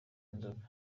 nzoga